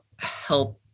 help